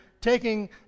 taking